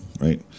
right